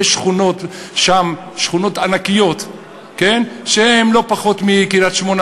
ויש שם שכונות ענקיות שהן לא פחות מקריית-שמונה,